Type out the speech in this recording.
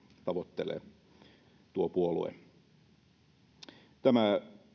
tavoittelee tämä